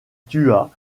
tua